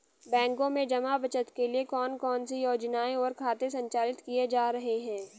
बैंकों में जमा बचत के लिए कौन कौन सी योजनाएं और खाते संचालित किए जा रहे हैं?